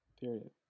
Period